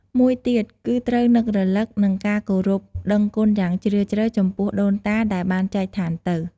មួយទៀត គឺត្រូវនឹករលឹក និងការគោរពដឹងគុណយ៉ាងជ្រាលជ្រៅចំពោះដូនតាដែលបានចែកឋានទៅ។